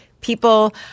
people